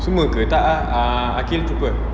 semua ke tak ah aqil trooper